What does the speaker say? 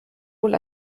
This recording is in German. wohl